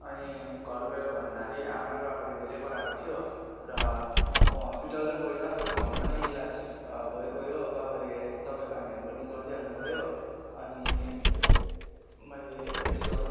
अनि घर गएर भन्दाखेरि आमा र बाबाले धेरै कराएको थियो र म हस्पिटल त गइनँ तर घरमा नै इलाज भोइगयो बाबाले दबाइपानीहरू पनि गरिदिहाल्नु भयो अनि मैले यसो